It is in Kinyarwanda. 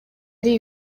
ari